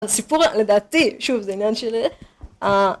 הסיפור לדעתי, שוב זה עניין שלי,